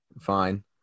Fine